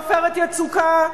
"עופרת יצוקה".